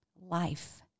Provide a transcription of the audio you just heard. life